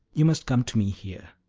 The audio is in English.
you must come to me here.